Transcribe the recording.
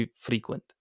frequent